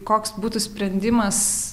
koks būtų sprendimas